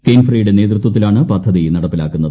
കിൻഫ്രയുടെ നേതൃത്വത്തിലാണ് പദ്ധതി നടപ്പിലാക്കുന്നത്